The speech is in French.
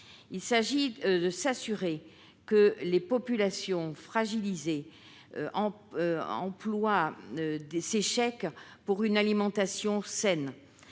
Il s'agit de s'assurer que des populations fragilisées emploient ces chèques pour une alimentation saine.